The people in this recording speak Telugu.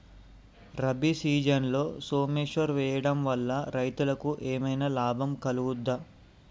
రబీ సీజన్లో సోమేశ్వర్ వేయడం వల్ల రైతులకు ఏమైనా లాభం కలుగుద్ద?